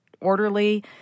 orderly